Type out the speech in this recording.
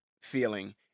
feeling